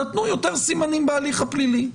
נתנו יותר סימנים בהליך הפלילי.